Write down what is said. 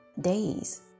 days